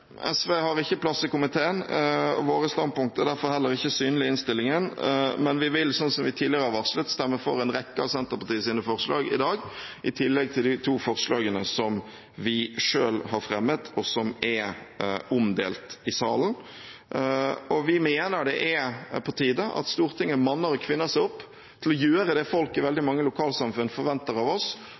SV har ikke plass i komiteen, og våre standpunkter er derfor heller ikke synlige i innstillingen, men vi vil, som vi tidligere har varslet, stemme for en rekke av Senterpartiets forslag i dag, i tillegg til de to forslagene som vi selv har fremmet, og som er omdelt i salen. Vi mener det er på tide at Stortinget manner – og kvinner – seg opp til å gjøre det folket i veldig mange lokalsamfunn forventer av oss,